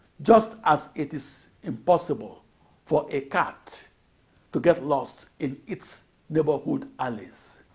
just as it is impossible for a cat to get lost in its neighborhood alleys.